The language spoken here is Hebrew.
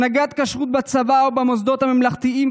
הנהגת כשרות בצבא ובמוסדות הממלכתיים,